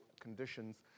conditions